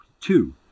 Two